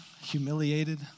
humiliated